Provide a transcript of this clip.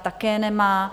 Také nemá.